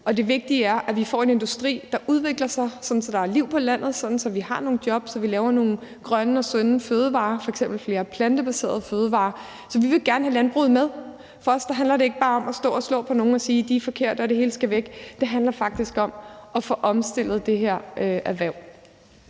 det vigtige er, at vi får en industri, der udvikler sig, sådan at der er liv på landet, at vi har nogle job, og at vi producerer nogle grønne og sunde fødevarer, f.eks. flere plantebaserede fødevarer. Så vi vil gerne have landbruget med. For os handler det ikke bare om at stå og slå på nogle og sige, at de er forkerte, og at det hele skal væk; det handler faktisk om at få omstillet det her erhverv.